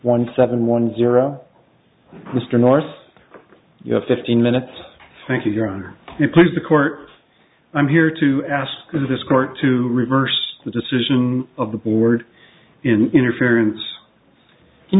one seven one zero mr nourse you have fifteen minutes thank you your honor it please the court i'm here to ask this court to reverse the decision of the board in interference can